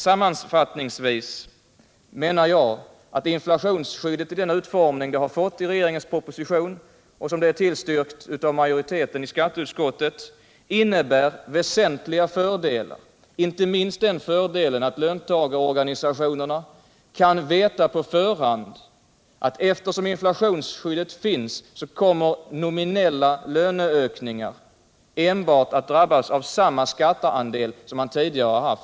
Sammmanfattningsvis menar jag att inflationsskyddet iden utformning det fått i regeringens proposition och som det är tillstyrkt av majoriteten i skatteutskottet innebär väsentliga fördelar, inte minst den att löntagarorganisationerna kan veta på förhand att, eftersom inflationsskyddet finns, nominella löneökningar enbart kommer att drabbas av samma skatteandel som man tidigare haft.